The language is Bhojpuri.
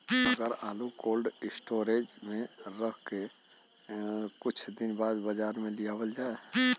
अगर आलू कोल्ड स्टोरेज में रख के कुछ दिन बाद बाजार में लियावल जा?